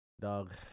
dog